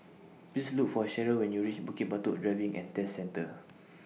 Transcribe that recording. Please Look For Sheryl when YOU REACH Bukit Batok Driving and Test Centre